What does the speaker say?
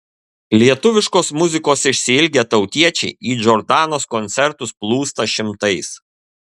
lietuviškos muzikos išsiilgę tautiečiai į džordanos koncertus plūsta šimtais